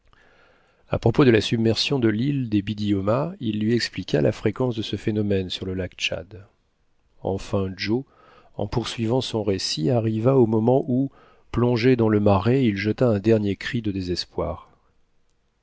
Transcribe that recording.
à propos de la submersion de l'île des biddiomahs il lui expliqua la fréquence de ce phénomène sur le lac tchad enfin joe en poursuivant son récit arriva au moment où plongé dans le marais il jeta un dernier cri de désespoir